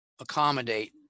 accommodate